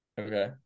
Okay